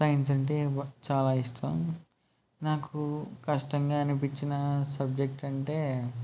science అంటే చాలా ఇష్టం నాకు కష్టంగా అనిపించినా సబ్జెక్టు అంటే